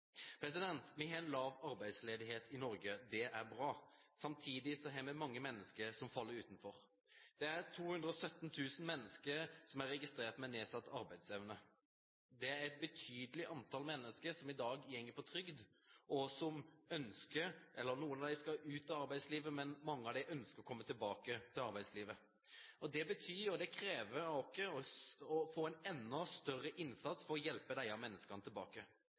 Vi har lav arbeidsledighet i Norge. Det er bra. Samtidig er det mange mennesker som faller utenfor. Det er 217 000 mennesker som er registrert med nedsatt arbeidsevne. Det er et betydelig antall mennesker som i dag går på trygd. Noen av dem skal ut av arbeidslivet, men mange av dem ønsker å komme tilbake til arbeidslivet. Det betyr at det kreves en enda større innsats av oss for å hjelpe disse menneskene tilbake. Nav generelt er et viktig virkemiddel til å kunne få disse menneskene